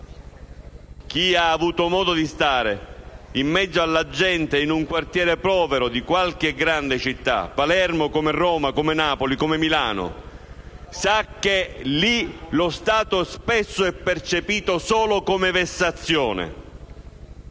Chi ha avuto modo di stare in mezzo alla gente in un quartiere povero di qualche grande Città - come Palermo, Roma, Napoli e Milano - sa che lì spesso lo Stato è percepito solo come vessazione.